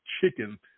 chicken